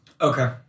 Okay